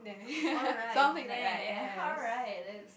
alright there alright that is